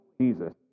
Jesus